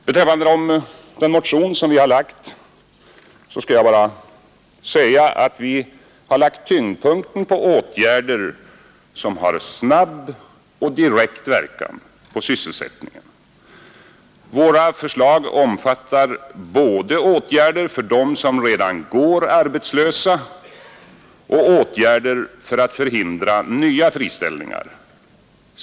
Beträffande den motion som vi har väckt skall jag bara säga, att vi har lagt tyngdpunkten på åtgärder som har snabb och direkt verkan på sysselsättningen. Våra förslag omfattar både åtgärder för dem som redan går arbetslösa och åtgärder för att förhindra nya friställningar.